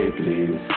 please